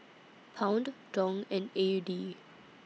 Pound Dong and A U D